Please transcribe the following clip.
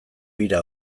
bira